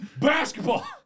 Basketball